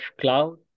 cloud